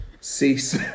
Cease